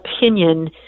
opinion